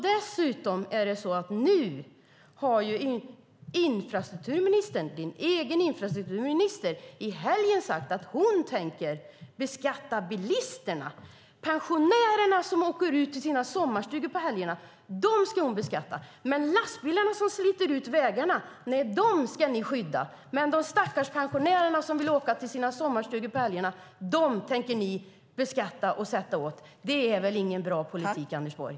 Dessutom har din egen infrastrukturminister i helgen sagt att hon tänker beskatta bilisterna. Pensionärerna som åker ut till sina sommarstugor på helgerna ska hon beskatta, men lastbilarna som sliter ut vägarna ska ni skydda. De stackars pensionärerna som vill åka till sina sommarstugor på helgerna tänker ni däremot beskatta och sätta åt. Det är väl ingen bra politik, Anders Borg.